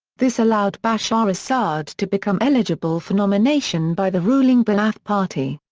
this allowed bashar assad to become eligible for nomination by the ruling ba'ath party.